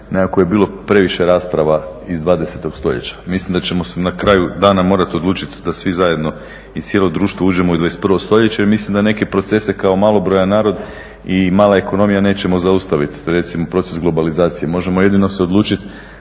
nekako je bilo previše rasprava iz 20. stoljeća. Mislim da ćemo se na kraju dana morati odlučiti da svi zajedno i cijelo društvo uđemo u 21. stoljeće jer mislim da neke procese kao malobrojan narod i mala ekonomija nećemo zaustaviti. To je recimo proces globalizacije. Možemo jedino se odlučiti